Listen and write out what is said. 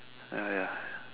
ah ya